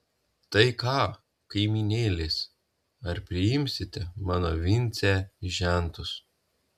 tai ką kaimynėlės ar priimsite mano vincę į žentus